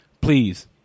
please